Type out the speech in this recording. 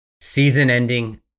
season-ending